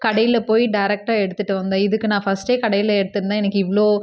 கடையில் போய் டைரக்ட்டாக எடுத்துட்டு வந்தேன் இதுக்கு நான் ஃபஸ்ட்டே கடையில் எடுத்துருந்தால் எனக்கு இவ்வளோ